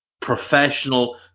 professional